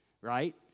right